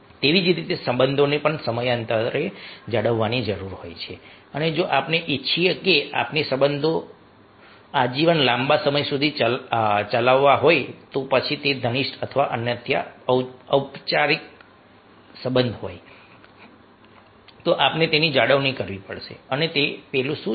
તેવી જ રીતે સંબંધને સમયાંતરે જાળવણીની જરૂર હોય છે અને જો આપણે ઇચ્છીએ છીએ કે આપણો સંબંધ જો આપણો સંબંધ આજીવન લાંબા સમય સુધી ચાલવો જોઈએ તો પછી તે ઘનિષ્ઠ અથવા અન્યથા ઔપચારિક સંબંધ હોય તો આપણે તેની જાળવણી કરવી પડશે અને પેલું શું છે